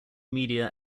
media